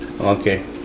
Okay